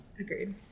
Agreed